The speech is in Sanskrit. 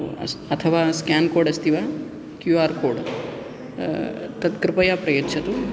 ओ अस् अथवा स्केन् कोड् अस्ति वा क्यू आर् कोड् तत् कृपया प्रयच्छतु